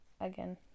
again